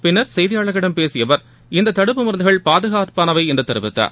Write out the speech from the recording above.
பின்னர் செய்தியாளர்களிடம் பேசிய அவர் இந்த தடுப்பு மருந்துகள் பாதுகாப்பானவை என்று தெரிவித்தார்